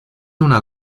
una